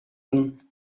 them